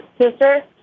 sister